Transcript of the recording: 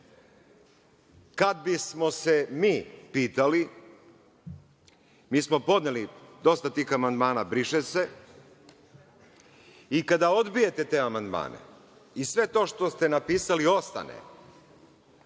kad bismo se mi pitali, mi smo podneli dosta tih amandmana „briše se“, i kada odbijete te amandmane i sve to što ste napisali ostane,